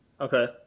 Okay